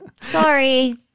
Sorry